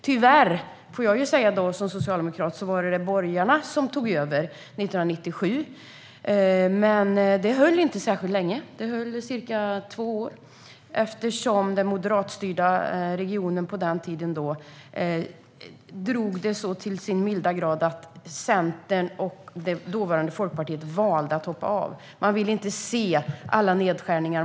Tyvärr - vill jag som socialdemokrat säga - var det borgarna som tog över 1997. Men det höll inte särskilt länge. Det höll i cirka två år eftersom den moderatstyrda regionen styrde så till den milda grad att Centern och det dåvarande Folkpartiet valde att hoppa av. Man ville inte se alla nedskärningar.